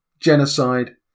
genocide